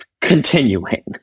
continuing